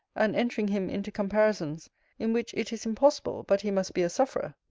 and entering him into comparisons in which it is impossible but he must be a sufferer.